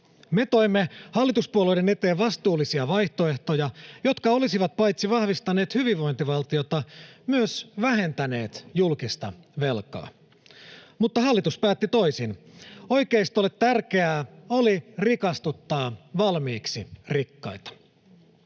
Me toimme hallituspuolueiden eteen vastuullisia vaihtoehtoja, jotka olisivat paitsi vahvistaneet hyvinvointivaltiota myös vähentäneet julkista velkaa. Mutta hallitus päätti toisin. Oikeistolle tärkeää oli rikastuttaa valmiiksi rikkaita.